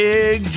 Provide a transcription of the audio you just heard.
Big